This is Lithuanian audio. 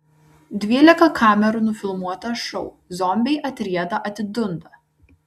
dvylika kamerų nufilmuotą šou zombiai atrieda atidunda